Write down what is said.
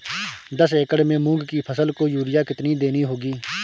दस एकड़ में मूंग की फसल को यूरिया कितनी देनी होगी?